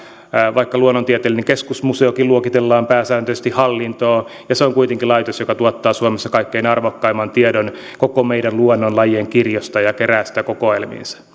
vaikka luonnontieteellinen keskusmuseokin luokitellaan pääsääntöisesti hallintoon se on kuitenkin laitos joka tuottaa suomessa kaikkein arvokkaimman tiedon koko meidän luonnon lajien kirjosta ja kerää sitä kokoelmiinsa